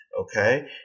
Okay